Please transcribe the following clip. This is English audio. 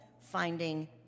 finding